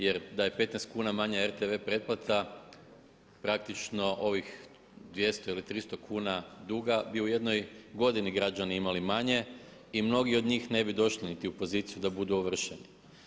Jer da je 15 kuna manja RTV pretplata praktično ovih 200 ili 300 kuna duga bi u jednoj godini građani imali manje i mnogi od njih ne bi došli niti u poziciju da budu ovršeni.